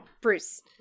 bruce